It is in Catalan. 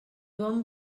bon